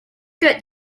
get